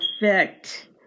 effect